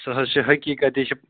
سُہ حظ چھِ حقیقت یہِ چھِ